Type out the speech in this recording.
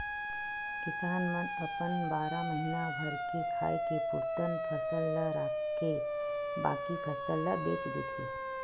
किसान मन अपन बारा महीना भर के खाए के पुरतन फसल ल राखके बाकी फसल ल बेच देथे